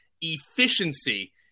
efficiency